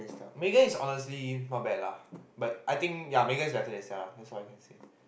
Megan is honestly not bad lah but I think ya Megan's definitely stand out that's all I can say